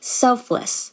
selfless